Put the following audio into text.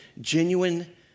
Genuine